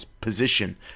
position